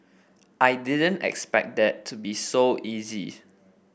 I didn't expect that to be so easy